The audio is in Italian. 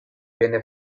viene